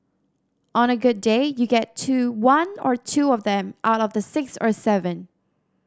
on a good day you get to one or two of them out of the six or seven